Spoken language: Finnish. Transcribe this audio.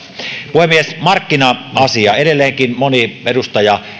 puhemies markkina asia edelleenkin moni edustaja